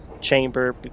chamber